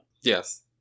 yes